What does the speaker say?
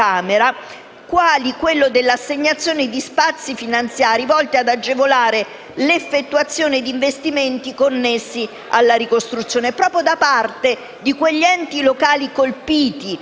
quali l'assegnazione di spazi finanziari volti ad agevolare l'effettuazione di investimenti connessi alla ricostruzione proprio da parte di quegli enti locali colpiti che,